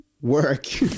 work